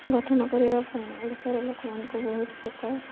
ଗଠନ କରିବା ପାଇଁ ଓଡ଼ିଶାର ଲୋକମାନଙ୍କୁ ବହୁତ ପ୍ରକାର